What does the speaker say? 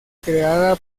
creada